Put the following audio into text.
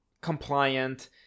compliant